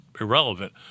irrelevant